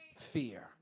fear